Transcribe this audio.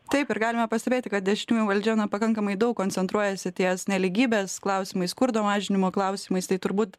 taip ir galime pastebėti kad dešiniųjų valdžia na pakankamai daug koncentruojasi ties nelygybės klausimais skurdo mažinimo klausimais tai turbūt